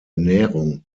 ernährung